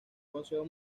consejo